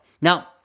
Now